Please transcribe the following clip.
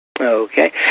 Okay